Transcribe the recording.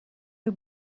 you